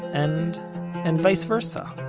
and and vice-versa.